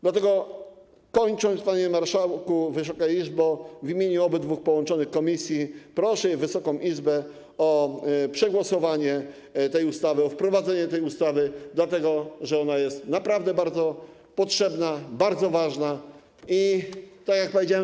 Dlatego, kończąc, panie marszałku, Wysoka Izbo, w imieniu połączonych komisji proszę Wysoką Izbę o przegłosowanie tej ustawy i wprowadzenie tej ustawy, dlatego że ona jest naprawdę bardzo potrzebna, bardzo ważna i symboliczna, tak jak powiedziałem.